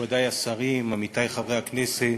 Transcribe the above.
מכובדי השרים, עמיתי חברי הכנסת,